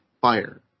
fire